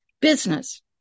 business